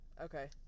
Okay